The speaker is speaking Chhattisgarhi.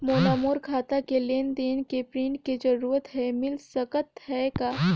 मोला मोर खाता के लेन देन के प्रिंट के जरूरत हे मिल सकत हे का?